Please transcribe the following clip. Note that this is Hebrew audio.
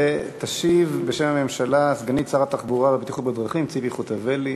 תשיב בשם הממשלה סגנית שר התחבורה והבטיחות בדרכים ציפי חוטובלי,